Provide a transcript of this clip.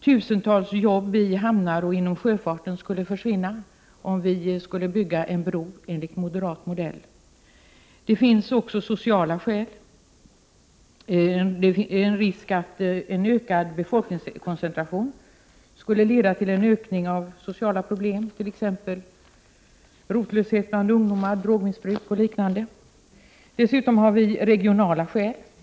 Tusentals jobb i hamnar och inom sjöfarten skulle försvinna, om vi skulle bygga en bro enligt moderat modell. Det finns också sociala skäl. Det är risk för att en ökad befolkningskoncentration skulle leda till en ökning av sociala problem, t.ex. rotlöshet bland ungdomar, drogmissbruk och liknande. Dessutom har vi regionala skäl.